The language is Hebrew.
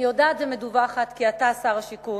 אני יודעת ומדוּוחת כי אתה, שר השיכון,